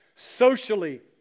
Socially